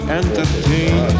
entertain